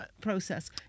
process